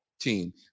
team